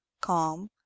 calm